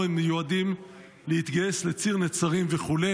המיועדים להתגייס לציר נצרים וכו'?